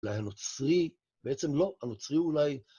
אולי הנוצרי? בעצם לא, הנוצרי אולי...